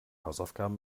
hausaufgaben